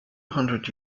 hundred